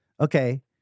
okay